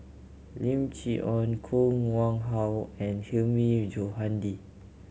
Lim Chee Onn Koh Nguang How and Hilmi Johandi